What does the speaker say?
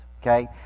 Okay